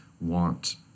want